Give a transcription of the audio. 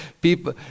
people